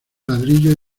ladrillo